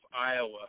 Iowa